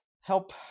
help